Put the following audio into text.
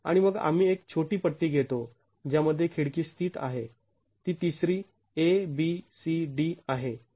आणि मग आम्ही एक छोटी पट्टी घेतो ज्या मध्ये खिडकी स्थित आहे ती तिसरी A B C D आहे